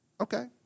okay